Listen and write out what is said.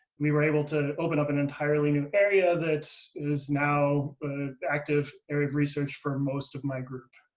we were able to open up an entirely new area that is now an active area of research for most of my group.